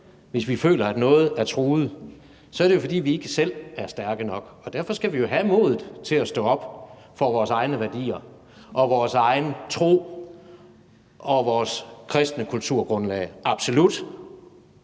Hvis vi føler, at noget er truet, er det jo, fordi vi ikke selv er stærke nok. Derfor skal vi jo have modet til at stå op for vores egne værdier, vores egen tro og vores kristne kulturgrundlag – absolut!